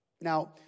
Now